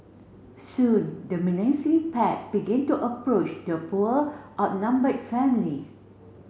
soon the menacing pack begin to approach the poor outnumbered family